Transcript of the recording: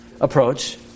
approach